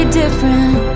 different